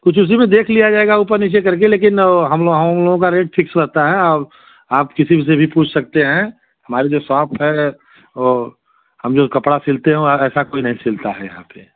कुछ उसी में देख लिया जाएगा ऊपर नीचे करके लेकिन हम लों हम लोगों का रेट फिक्स रहता है अब आप किसी से भी पूछ सकते हैं हमारी जो सॉप है वह हम जो कपड़ा सिलते हैं उ और ऐसा कोई नहीं सिलता है यहाँ पर